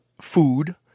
food